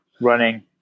running